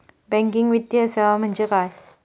Banking वित्तीय सेवा म्हणजे काय?